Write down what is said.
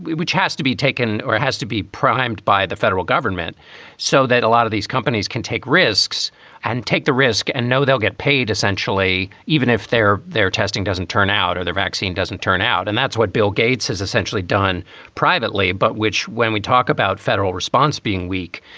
which has to be taken or has to be primed by the federal government so that a lot of these companies can take risks and take the risk and know they'll get paid essentially even if they're there. testing doesn't turn out or the vaccine doesn't turn out. and that's what bill gates has essentially done privately, but which when we talk about federal response being weak,